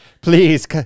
please